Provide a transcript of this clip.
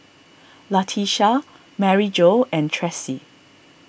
Latesha Maryjo and Tressie